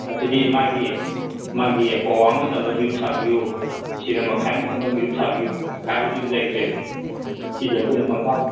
ꯑꯁꯤꯗꯤ ꯃꯥꯒꯤ ꯃꯥꯒꯤ ꯄꯋꯥ ꯑꯃ ꯆꯟꯕ ꯃꯦꯔꯨꯛ ꯁꯥꯕꯤꯌꯨ ꯁꯦꯔ ꯃꯈꯥꯏ ꯑꯃ ꯆꯟꯕ ꯃꯦꯔꯨꯛ ꯁꯥꯕꯤꯌꯨ ꯍꯥꯏꯕꯗꯨꯗꯤ ꯂꯩꯇ꯭ꯔꯦ ꯁꯤꯗꯤ ꯑꯩꯈꯣꯏꯅ ꯄꯪꯁꯥꯗ